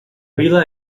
vila